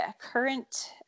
current